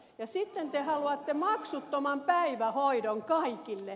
ja sitten te haluatte maksuttoman päivähoidon kaikille